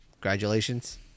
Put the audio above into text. Congratulations